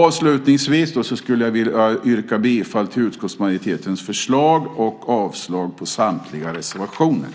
Avslutningsvis vill jag yrka bifall till utskottsmajoritetens förslag och avslag på samtliga reservationer.